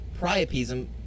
priapism